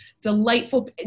delightful